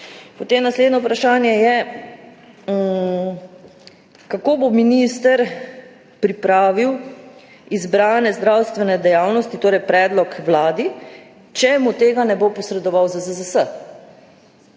obsegom? Naslednje vprašanje je, kako bo minister pripravil izbrane zdravstvene dejavnosti, torej predlog Vladi, če mu tega ne bo posredoval ZZZS.